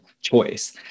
choice